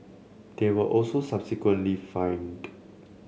they were also subsequently fined